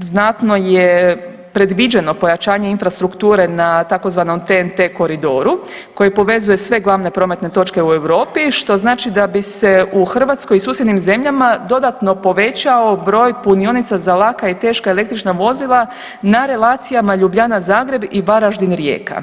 znatno je predviđeno pojačanje infrastrukture na tzv. TNT koridoru koji povezuje sve glavne prometne točke u Europi što znači da bi se u Hrvatskoj i susjednim zemljama dodatno povećao broj punionica za laka i teška električna vozila na relacijama Ljubljana – Zagreb i Varaždin – Rijeka.